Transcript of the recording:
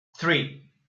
three